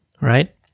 right